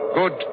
good